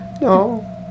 no